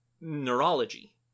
neurology